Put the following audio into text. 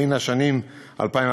לגבי השנים 2015-2014,